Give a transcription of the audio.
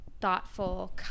thoughtful